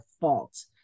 fault